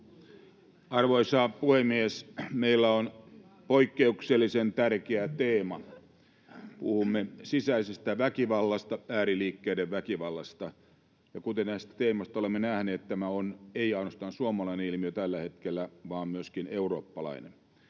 Arvoisa puhemies! Meillä on poikkeuksellisen tärkeä teema. Puhumme sisäisestä väkivallasta, ääriliikkeiden väkivallasta, ja kuten tästä teemasta olemme nähneet, tämä ei ole ainoastaan suomalainen ilmiö tällä hetkellä vaan myöskin eurooppalainen.